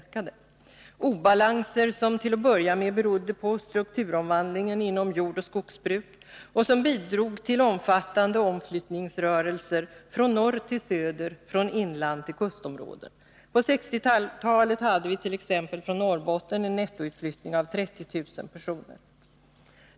Det var obalanser som till att börja med berodde på strukturomvandlingen inom jordoch skogsbruk och som bidrog till omfattande omflyttningsrörelser från norr till söder, från inland till kustområden. På 1960-talet hade vi t.ex. från Norrbotten en nettoutflyttning av 30 000 personer.